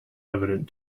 evident